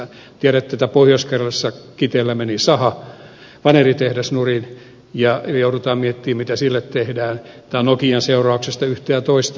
tiedätte että pohjois karjalassa kiteellä meni saha vaneritehdas nurin ja joudutaan miettimään mitä sille tehdään tai nokian seurauksista yhtä ja toista